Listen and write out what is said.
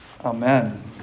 Amen